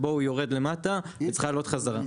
שבו הוא יורד למטה וצריך לעלות בחזרה.